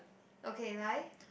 okay 来